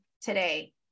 today